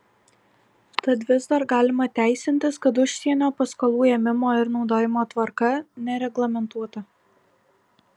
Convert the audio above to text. tad vis dar galima teisintis kad užsienio paskolų ėmimo ir naudojimo tvarka nereglamentuota